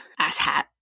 asshat